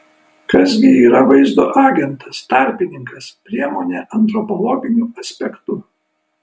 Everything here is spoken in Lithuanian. kas gi yra vaizdo agentas tarpininkas priemonė antropologiniu aspektu